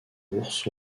ours